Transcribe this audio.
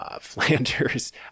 Flanders